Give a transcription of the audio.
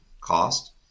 cost